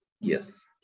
Yes